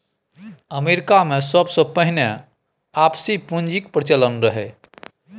अमरीकामे सबसँ पहिने आपसी पुंजीक प्रचलन रहय